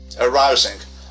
arousing